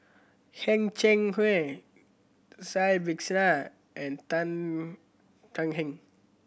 Heng Cheng Kui Cai Bixia and Tan Tan Heng